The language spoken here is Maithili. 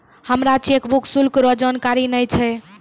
हमरा चेकबुक शुल्क रो जानकारी नै छै